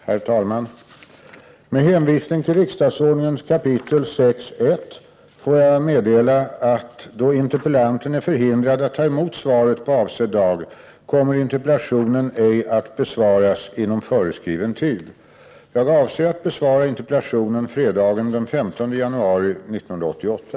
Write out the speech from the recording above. Herr talman! Med hänvisning till riksdagsordningens kap. 6:1 får jag meddela att då interpellanten är förhindrad att ta emot svaret på avsedd dag, kommer interpellationen ej att besvaras inom föreskriven tid. Jag avser att besvara interpellationen fredagen den 15 januari 1988.